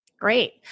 Great